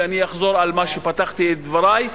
ואני אחזור על מה שפתחתי בו את דברי,